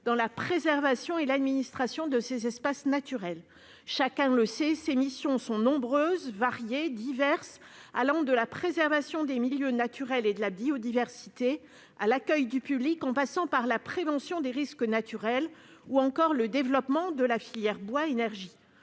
dans la préservation et l'administration de ces espaces naturels. Chacun le sait, les missions de l'Office sont nombreuses, variées, diverses : elles vont de la protection des milieux naturels et de la biodiversité à l'accueil du public en passant par la prévention des risques naturels et le développement de la filière bois énergie.